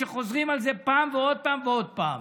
שחוזרים על זה פעם ועוד פעם ועוד פעם: